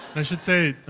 i should say,